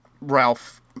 Ralph